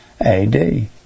AD